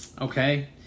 Okay